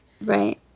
Right